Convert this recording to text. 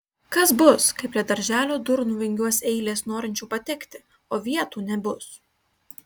kas bus kai prie darželio durų nuvingiuos eilės norinčių patekti o vietų nebus